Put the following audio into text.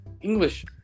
English